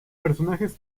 personajes